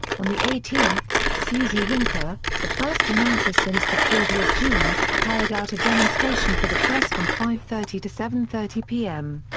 on the eighteenth, susy wincker, the first announcer since the previous june, carried out a demonstration for the press from five thirty to seven thirty pm.